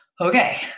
Okay